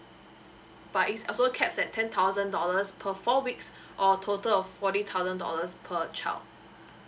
but it's also caps at ten thousand dollars per four weeks or total of forty thousand dollars per child